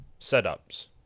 setups